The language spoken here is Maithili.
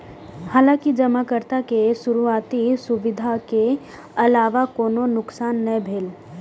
हालांकि जमाकर्ता के शुरुआती असुविधा के अलावा कोनो नुकसान नै भेलै